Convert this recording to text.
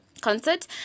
concert